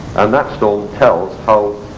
and that stone tells how